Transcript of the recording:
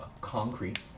concrete